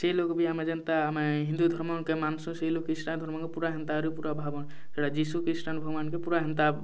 ସେ ଲୋକ ବି ଆମେ ଯେନ୍ତା ଆମେ ହିନ୍ଦୁ ଧର୍ମକେ ମାନସୁ ସେଇ ଲୋକ କିଷଟାନ୍ ପୁରା ହେନ୍ତା କରି ପୁରା ଭାବନ୍ ହେଟା ଜିଶୁ ଖ୍ରୀଷ୍ଟନ୍କୁ ମାନକେ ପୁରା ହେନ୍ତା